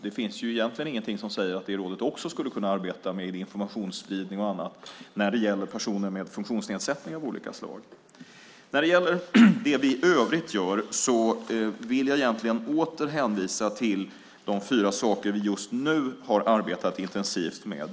Det finns egentligen inget som säger att det rådet också skulle kunna arbeta med informationsspridning och annat när det gäller personer med funktionsnedsättning av olika slag. När det gäller det vi i övrigt gör vill jag åter hänvisa till de fyra saker vi just nu har arbetat intensivt med.